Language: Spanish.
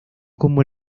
como